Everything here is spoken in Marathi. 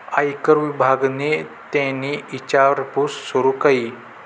आयकर विभागनि तेनी ईचारपूस सूरू कई